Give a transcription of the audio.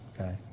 okay